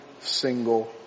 single